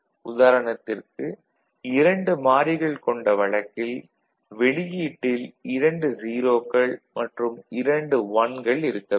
உதாரணத்திற்கு 2 மாறிகள் கொண்ட வழக்கில் வெளியீட்டில் இரண்டு 0க்கள் மற்றும் இரண்டு 1கள் இருக்க வேண்டும்